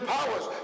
Powers